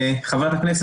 ח"כ,